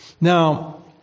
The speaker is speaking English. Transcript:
Now